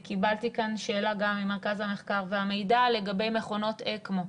קיבלתי כאן גם שאלה ממרכז המחקר והמידע לגבי מכונות אקמו.